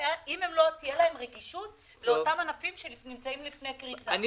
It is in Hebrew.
אם לא תהיה להם רגישות לענפים שנמצאים לפני קריסה.